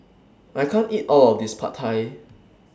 I can't eat All of This Pad Thai